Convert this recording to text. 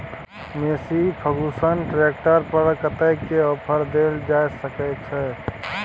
Massey Ferguson tractor पर कतेक के ऑफर देल जा सकै छै?